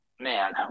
man